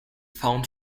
found